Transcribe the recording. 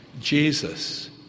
Jesus